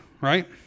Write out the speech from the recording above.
right